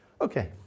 Okay